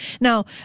Now